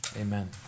Amen